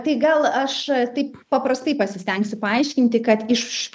tai gal aš taip paprastai pasistengsiu paaiškinti kad iš